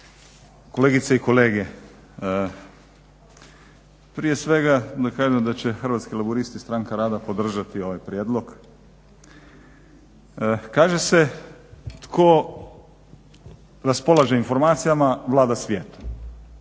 kolegice i kolege. Prije svega da kažem da će Hrvatski laburisti – Stranka rada podržati ovaj prijedlog. Kaže se tko raspolaže informacijama vlada svijetom.